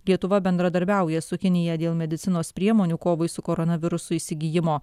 lietuva bendradarbiauja su kinija dėl medicinos priemonių kovai su koronavirusu įsigijimo